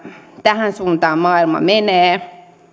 tähän suuntaan maailma menee